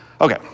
Okay